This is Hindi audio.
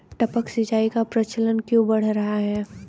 टपक सिंचाई का प्रचलन क्यों बढ़ रहा है?